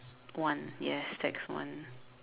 one yes tax one